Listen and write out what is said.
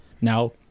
Now